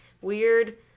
weird